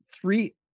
three